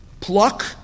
Pluck